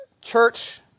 church